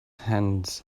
hands